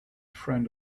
friend